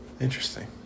Interesting